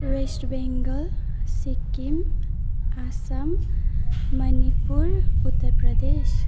West Bengal Sikkim Assam Manipur Uttar Pradesh